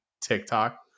TikTok